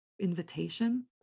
invitation